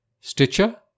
Stitcher